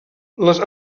les